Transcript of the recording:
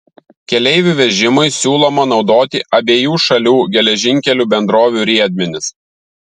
keleivių vežimui siūloma naudoti abiejų šalių geležinkelių bendrovių riedmenis